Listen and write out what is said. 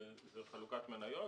זה חלוקת מניות,